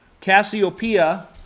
Cassiopeia